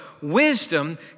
wisdom